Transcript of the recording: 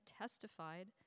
testified